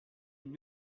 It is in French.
une